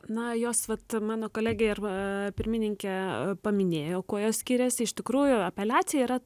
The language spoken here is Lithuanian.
na jos vat mano kolegė arba pirmininkė paminėjo kuo jos skiriasi iš tikrųjų apeliacija yra